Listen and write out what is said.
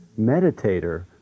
meditator